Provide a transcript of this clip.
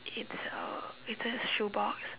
it's a it's a shoebox